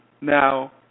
now